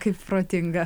kaip protinga